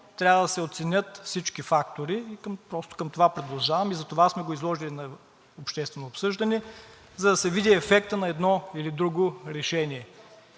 трябва да се оценят всички фактори – просто към това продължавам, и затова сме го изложили на обществено обсъждане, за да се види ефектът на едно или друго решение.